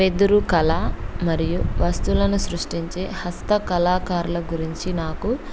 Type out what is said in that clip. వెదురు కళ మరియు వస్తువులను సృష్టించే హస్త కళాకారుల గురించి నాకు